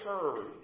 heard